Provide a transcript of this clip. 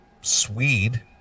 Swede